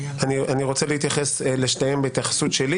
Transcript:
אני רוצה להתייחס לשתי הסוגיות בהתייחסות שלי